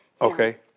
Okay